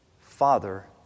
Father